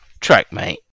trackmate